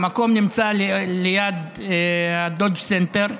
המקום נמצא ליד הדודג' סנטר.